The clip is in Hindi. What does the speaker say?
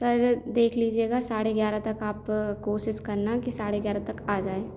सर देख लीजिएगा साढ़े ग्यारह तक आप कोशिश करना की साढ़े ग्यारह तक आ जाए